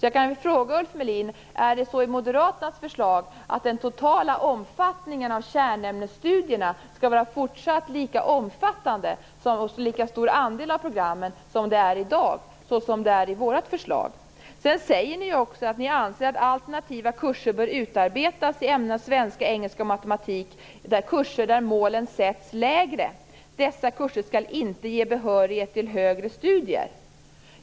Jag kan fråga Ulf Melin: Är det enligt Moderaternas förslag så att den totala omfattningen av kärnämnesstudierna skall vara fortsatt lika stor, ha en lika stor andel av programmen, som i dag och som det är enligt vårt förslag? Ni säger att ni anser att alternativa kurser bör utarbetas i ämnena svenska, engelska och matematik i kurser där målen sätts lägre. Dessa kurser skall inte ge behörighet till högre studier.